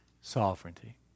sovereignty